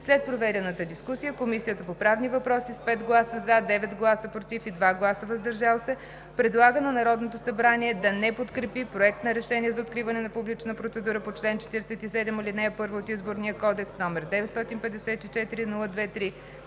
След проведената дискусия Комисията по правни въпроси с 5 гласа „за“, 9 гласа „против“ и 2 гласа „въздържал се“, предлага на Народното събрание да не подкрепи Проект на решение за откриване на публична процедура по чл. 47, ал. 1 от Изборния кодекс, № 954-02-3,